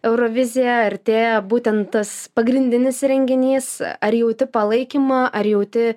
eurovizija artėja būtent tas pagrindinis renginys ar jauti palaikymą ar jauti